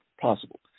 possible